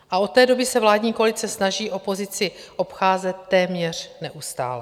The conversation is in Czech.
A od té doby se vládní koalice snaží opozici obcházet téměř neustále.